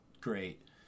great